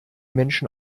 menschen